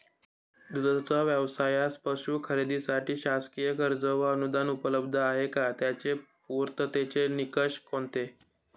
दूधाचा व्यवसायास पशू खरेदीसाठी शासकीय कर्ज व अनुदान उपलब्ध आहे का? त्याचे पूर्ततेचे निकष कोणते?